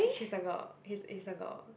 she's like a he's he's like a